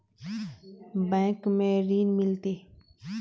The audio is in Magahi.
बैंक में ऋण मिलते?